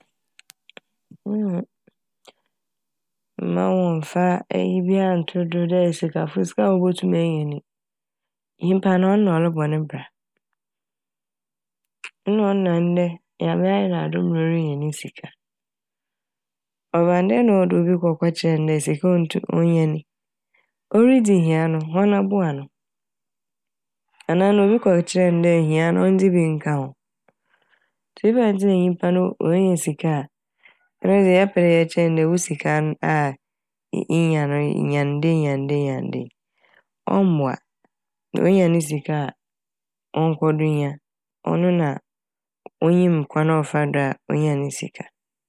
Ma wɔmmfa eyi bia nnto dɛ sikafo sika a wobotum enya ni. Nyimpa no ɔno na ɔrobɔ ne bra na a ɔno na ndɛ Nyame ayɛ n'adom na orinya ne sika ɔba ne dɛn na ɔwɔ dɛ obi kɔ kɛkyerɛ n' dɛ sika a otu - onya ni. Oridzi hia no woana boa no anaa ɔno mokɔkyerɛ ne dɛ ohia no onndzi bi nka ho. Ntsi ebɛnadze ntsi na nyimpa no oenya sika a ɛno dze yɛpɛ dɛ yɛkyerɛ ne dɛ wo sika n' a i - inya no nya ne dei nya ne dei nya ne dei ɔmmboa. Onya ne sika a ɔnnkɔ do inya ɔno na onyim kwan a ɔfa do a onyaa ne sika.